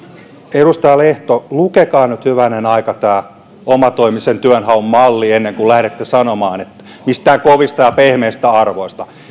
edustaja lehto lukekaa nyt hyvänen aika tästä omatoimisen työnhaun mallista ennen kuin lähdette sanomaan mistään kovista ja pehmeistä arvoista